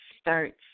starts